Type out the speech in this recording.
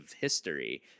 history